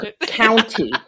county